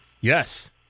Yes